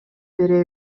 бере